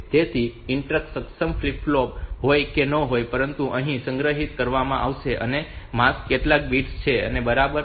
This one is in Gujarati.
તેથી ઇન્ટરપ્ટ સક્ષમ ફ્લિપ ફ્લોપ હોય કે ન હોય પરંતુ આ અહીં સંગ્રહિત કરવામાં આવશે અને આ માસ્ક કરેલા બિટ્સ છે બરાબર